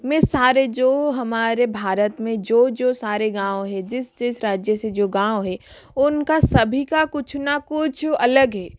मैं सारे जो हमारे भारत में जो जो सारे गाँव है जिस जिस राज्य से जो गाँव हे वह उनका सभी का कुछ न कुछ अलग है